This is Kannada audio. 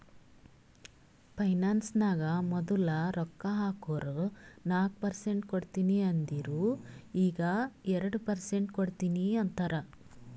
ಫೈನಾನ್ಸ್ ನಾಗ್ ಮದುಲ್ ರೊಕ್ಕಾ ಹಾಕುರ್ ನಾಕ್ ಪರ್ಸೆಂಟ್ ಕೊಡ್ತೀನಿ ಅಂದಿರು ಈಗ್ ಎರಡು ಪರ್ಸೆಂಟ್ ಕೊಡ್ತೀನಿ ಅಂತಾರ್